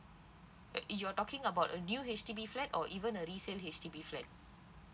uh you're talking about a new H_D_B flat or even a resale H_D_B flat